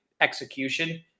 execution